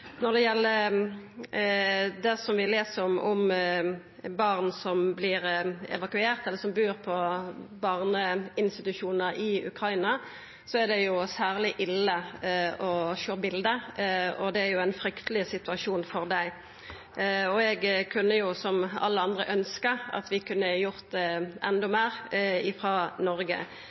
Når det gjeld det vi les om barn som vert evakuerte, og som bur på barneinstitusjonar i Ukraina, er det særleg ille å sjå bilete, og det er ein frykteleg situasjon for dei. Eg kunne, som alle andre ønskt at vi kunne gjort endå meir frå Noreg.